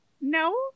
No